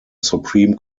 supreme